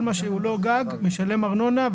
כל מה שהוא לא גג משלם ארנונה,